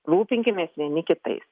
rūpinkimės vieni kitais